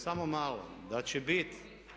Samo malo, da će bit.